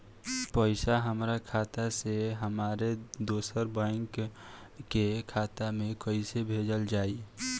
पैसा हमरा खाता से हमारे दोसर बैंक के खाता मे कैसे भेजल जायी?